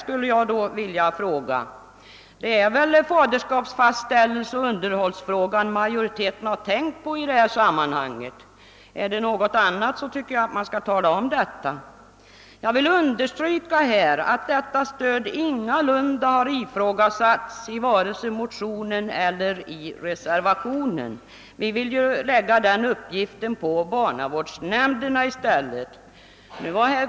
skulle jag då vilja fråga. Det är väl faderskapsfastställelsen och underhållsfrågan majoriteten har tänkt på i sammanhanget. Om det är någonting annat tycker jag man skall tala om det. Jag vill understryka att detta stöd ingalunda har ifrågasatts vare sig i motionen eller i reservationen. Vi vill ju lägga den uppgiften på barnavårdsnämnderna i stället.